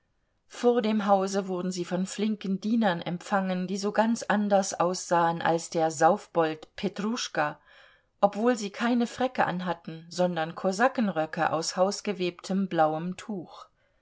vor dem hause wurden sie von flinken dienern empfangen die so ganz anders aussahen als der saufbold petruschka obwohl sie keine fräcke anhatten sondern kosakenröcke aus hausgewebtem blauem tuch